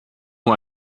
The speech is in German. nur